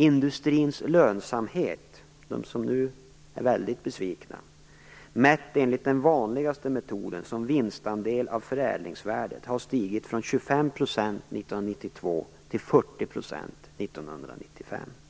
Inom industrin - där de nu är väldigt besvikna - har lönsamheten stigit från 25 % 1992 till 40 % 1995, mätt enligt den vanligaste metoden, vinstandel av förädlingsvärdet.